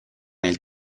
nel